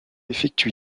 effectue